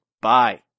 bye